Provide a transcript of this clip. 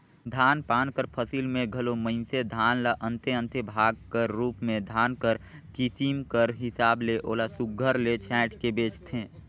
धान पान कर फसिल में घलो मइनसे धान ल अन्ते अन्ते भाग कर रूप में धान कर किसिम कर हिसाब ले ओला सुग्घर ले छांएट के बेंचथें